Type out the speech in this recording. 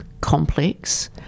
Complex